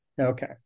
Okay